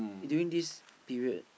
during this period